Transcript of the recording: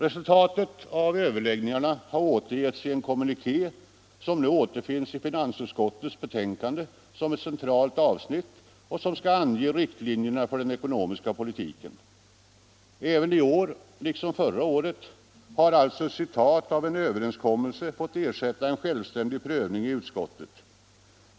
Resultatet av överläggningarna har återgetts i en kommuniké, som nu återfinns i finansutskottets betänkande som ett centralt avsnitt och som skall ange riktlinjerna för den ekonomiska politiken. Även i år — liksom förra året — har alltså ett citat av en överenskommelse fått ersätta en självständig prövning i utskottet.